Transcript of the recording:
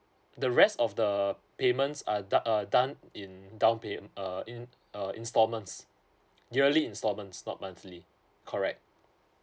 the rest of the payments are done uh done in down pay uh in uh instalments yearly instalments not monthly correct